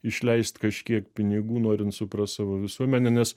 išleist kažkiek pinigų norint suprast savo visuomenę nes